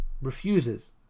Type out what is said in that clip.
refuses